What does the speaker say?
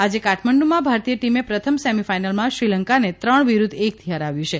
આજે કાઠમડુંમાં ભારતીય ટીમે પ્રથમ સેમીફાઈનલમાં શ્રીલંકાને ત્રણ વિરુદ્ધ એકથી હરાવ્યું છે